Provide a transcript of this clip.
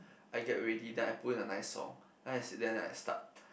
I get ready then I put a nice song then I sit there and I start